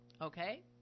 Okay